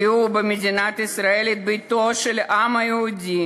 ראו במדינת ישראל את ביתו של העם היהודי